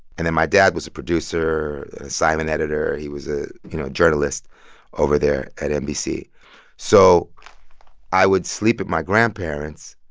and then my dad was a producer, a signing editor. he was a, you know, journalist over there at nbc so i would sleep at my grandparents'.